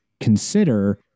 consider